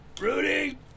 Rudy